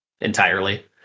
entirely